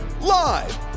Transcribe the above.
Live